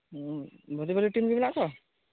ᱵᱷᱟᱞᱤ ᱵᱷᱟᱞᱤ ᱴᱤᱢ ᱜᱮ ᱢᱮᱱᱟᱜ ᱠᱚᱣᱟ